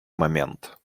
момент